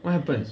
what happened